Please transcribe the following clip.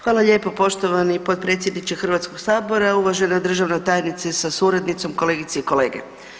Hvala lijepa, poštovani potpredsjedniče Hrvatskog sabora, uvažena državna tajnice sa suradnicom, kolegice i kolege.